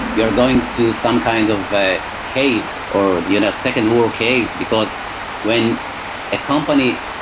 you're going to some kind of a cave or you know second war cave, because when a company,